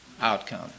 outcome